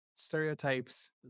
stereotypes